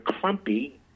clumpy